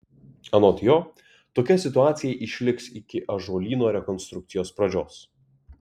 anot jo tokia situacija išliks iki ąžuolyno rekonstrukcijos pradžios